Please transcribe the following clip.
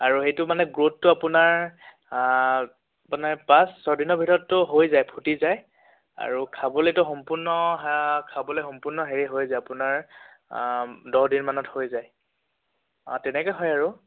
আৰু সেইটো মানে গ্ৰ'থটো আপোনাৰ মানে পাঁচ ছদিনৰ ভিতৰততো হৈ যায় ফুটি যায় আৰু খাবলৈতো সম্পূৰ্ণ খাবলৈ সম্পূৰ্ণ হেৰি হৈ যায় আপোনাৰ দহদিনমানত হৈ যায় অঁ তেনেকৈ হয় আৰু